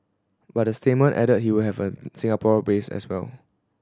but the statement added he will have an Singapore base as well